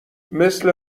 مثل